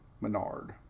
Menard